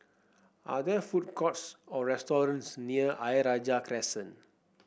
are there food courts or restaurants near Ayer Rajah Crescent